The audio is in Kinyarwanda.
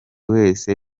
wese